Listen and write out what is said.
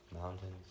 mountains